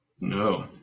No